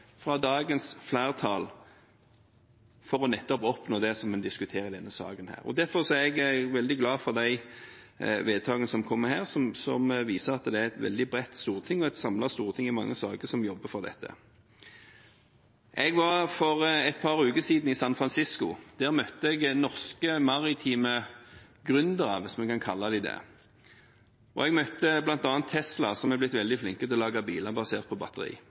fra dagens flertall for nettopp å oppnå det som vi diskuterer i denne saken. Derfor er jeg veldig glad for de vedtakene som kommer her, som viser at det er et veldig bredt storting, og et samlet storting i mange saker, som jobber for dette. Jeg var for et par uker siden i San Fransisco. Der møtte jeg norske maritime gründere, hvis vi kan kalle dem det, og jeg møtte bl.a. Tesla, som har blitt veldig flinke til å lage biler basert på batteri.